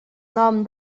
nom